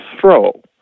throw